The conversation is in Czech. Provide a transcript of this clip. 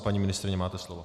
Paní ministryně, máte slovo.